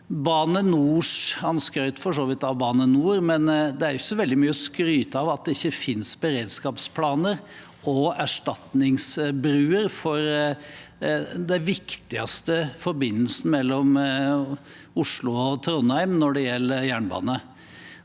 mye å skryte av at det ikke finnes beredskapsplaner og erstatningsbruer for den viktigste forbindelsen mellom Oslo og Trondheim når det gjelder jernbane.